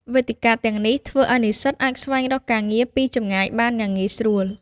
វេទិកាទាំងនេះធ្វើឱ្យនិស្សិតអាចស្វែងរកការងារពីចម្ងាយបានយ៉ាងងាយស្រួល។